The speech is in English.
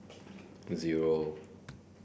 zero